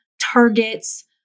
targets